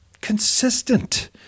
consistent